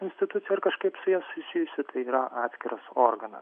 institucijų ar kažkaip su ja susijusių tai yra atskiras organas